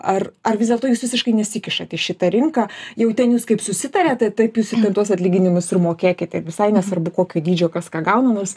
ar ar vis dėlto jūs visiškai nesikišat į šitą rinką jau ten jūs kaip susitarėte taip jūs ten tuos atlyginimus ir mokėkite ir visai nesvarbu kokio dydžio kas ką gauna nors